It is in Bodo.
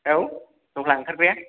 आव दह्ला आंखारग्राया